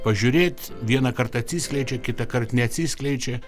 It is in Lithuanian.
pažiūrėt vieną kartą atsiskleidžia kitąkart neatsiskleidžia